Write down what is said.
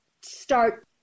start